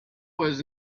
was